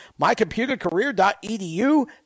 mycomputercareer.edu